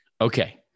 Okay